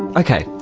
ok,